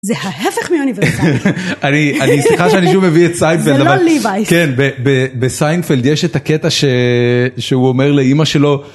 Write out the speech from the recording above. זה ההפך מאוניברסיטה. אני סליחה שאני שוב מביא את סיינפלד. זה לא ליוייס. כן, בסיינפלד יש את הקטע שהוא אומר לאמא שלו,